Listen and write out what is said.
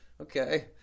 okay